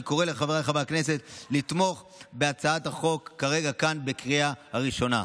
אני קורא לחבריי חברי הכנסת לתמוך בהצעת החוק כרגע כאן בקריאה הראשונה.